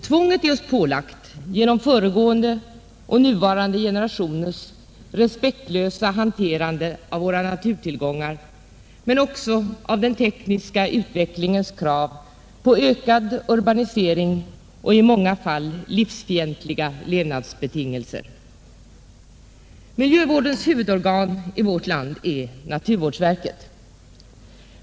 Tvånget är oss pålagt genom föregående och nuvarande generationers respektlösa hanternade av våra naturtillgångar men också av den tekniska utvecklingens krav på ökad urbanisering och i många fall livsfientliga levnadsbetingelser. Miljövårdens huvudorgan i vårt land är naturvårdsverket.